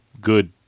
good